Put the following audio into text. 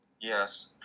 Yes